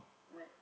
what